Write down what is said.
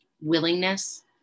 Willingness